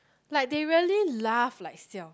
like they really laugh like sia